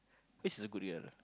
this is a good dude or not